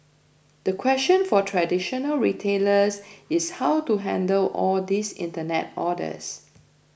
the question for traditional retailers is how to handle all these internet orders